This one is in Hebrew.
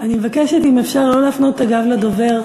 אני מבקשת אם אפשר לא להפנות את הגב לדובר,